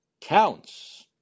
counts